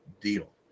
deal